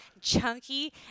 chunky